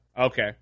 Okay